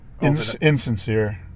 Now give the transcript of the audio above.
insincere